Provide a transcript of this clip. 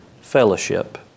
fellowship